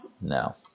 No